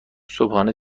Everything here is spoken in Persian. صبحانه